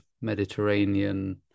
Mediterranean